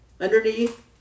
underneath